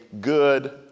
good